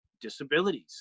disabilities